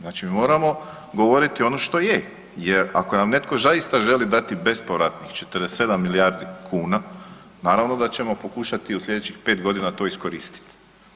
Znači mi moramo govoriti ono što je jer ako nam netko zaista želi dati bespovratnih 47 milijardi kuna naravno da ćemo pokušati u slijedećih 5 godina to iskoristiti.